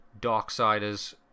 Darksiders